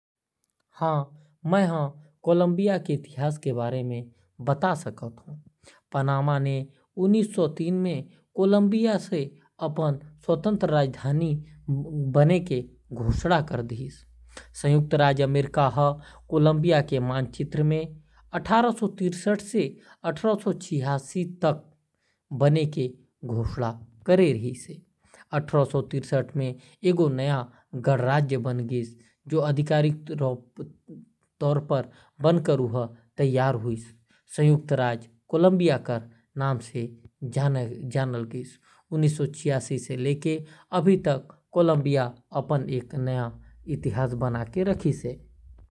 हां में कोलंबिया के इतिहास के बारे में बता सकत हो। कोलंबिया के इतिहास के बारे म कुछ खास बात। कोलंबिया के इतिहास कम से कम बारह हजार ईसा पूर्व शुरू होइस। कोलंबिया के नाव खोजकर्ता क्रिस्टोफर कोलंबस के नाव म राखे गेहे। कोलंबिया दक्षिण अमेरिका महाद्वीप के उत्तर-पश्चिमी भाग म स्थित हावय। कोलंबिया के राजधानी बोगोटा हावय। कोलंबिया म दुनिया के दूसरा सबले बड़का स्पेनिश भाषी आबादी हावय। मूल निवासी के अलावा कोलंबिया म पंद्रह वीं सदी म स्पेनिश अउ उन्नीसवीं सदी म अफ्रीकी मनके दौरा करे गे रिहिस। कोलंबिया ल "दक्षिण अमेरिका के प्रवेश द्वार" के रूप म जाने जाथे।